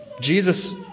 Jesus